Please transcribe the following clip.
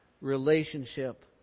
relationship